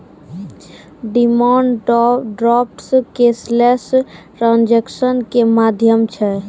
demand draft cashless transaction के माध्यम छै